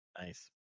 Nice